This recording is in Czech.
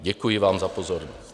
Děkuji vám za pozornost.